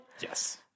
Yes